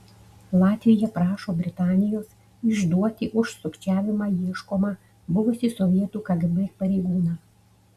latvija prašo britanijos išduoti už sukčiavimą ieškomą buvusį sovietų kgb pareigūną